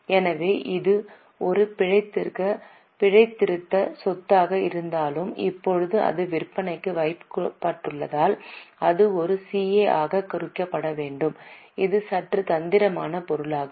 எனவே இது ஒரு பிழைத்திருத்த சொத்தாக இருந்தாலும் இப்போது அது விற்பனைக்கு வைக்கப்பட்டுள்ளதால் இது ஒரு CA ஆக குறிக்கப்பட வேண்டும் இது சற்று தந்திரமான பொருளாகும்